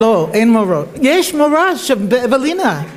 ‫לא, אין מורות. ‫יש מורות שבאבלינה.